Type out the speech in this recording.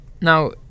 Now